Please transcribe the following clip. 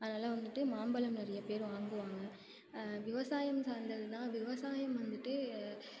அதனால் வந்துட்டு மாம்பழம் நிறைய பேரு வாங்குவாங்க விவசாயம் சார்ந்தது தான் விவசாயம் வந்துட்டு